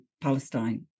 Palestine